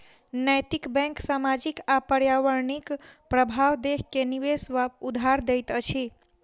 नैतिक बैंक सामाजिक आ पर्यावरणिक प्रभाव देख के निवेश वा उधार दैत अछि